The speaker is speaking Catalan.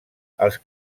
els